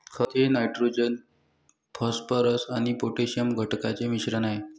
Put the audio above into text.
खत हे nitrogen phosphorus आणि पोटॅशियम घटकांचे मिश्रण आहे